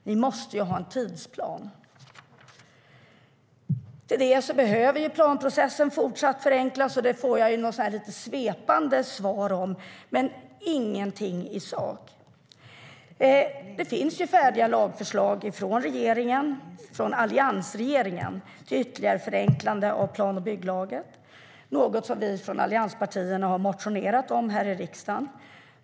Ni måste ju ha en tidsplan. Det finns färdiga lagförslag från alliansregeringen om en ytterligare förenkling av plan och bygglagen, något som vi från allianspartierna har motionerat om här i riksdagen.